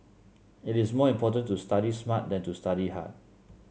it is more important to study smart than to study hard